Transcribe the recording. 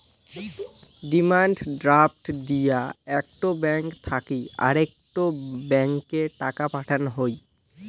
demand draft দিয়া একটো bank থাকি আরেকটো ব্যাংকে টাকা পাঠান হই